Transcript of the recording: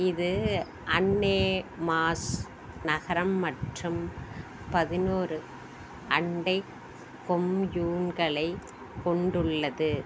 இது அன்னேமாஸ் நகரம் மற்றும் பதினோரு அண்டை கொம்யூன்களைக் கொண்டுள்ளது